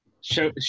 show